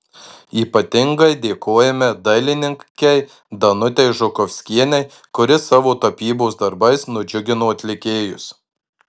ypatingai dėkojame dailininkei danutei žukovskienei kuri savo tapybos darbais nudžiugino atlikėjus